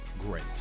great